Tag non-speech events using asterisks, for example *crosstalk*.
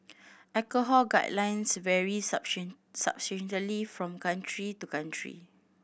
alcohol guidelines vary *unintelligible* from country to country